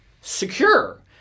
secure